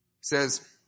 says